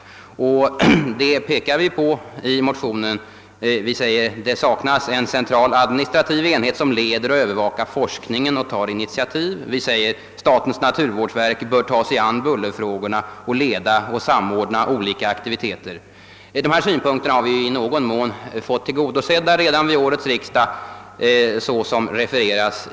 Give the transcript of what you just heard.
Vi påpekar i motionen, att det saknas en central administrativ enhet som leder och övervakar forskningen och tar initiativ, och vi säger att statens naturvårdsverk bör ta sig an bullerfrågorna och leda och samordna olika aktiviteter. Dessa önskemål har, såsom refereras i utskottsutlåtandet, i någon mån tillgodosetts redan vid årets riksdag.